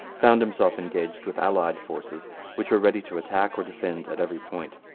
found himself engaged with allied forces which were ready to attack or defend at every point.